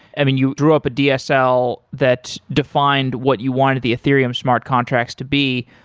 i mean, you drew up a dsl that defined what you wanted the ethereum smart contracts to be,